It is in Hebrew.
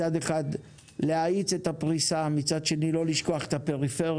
מצד אחד להאיץ את הפריסה ומצד שני לא לשכוח את הפריפריה,